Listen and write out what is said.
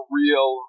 real